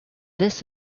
this